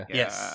yes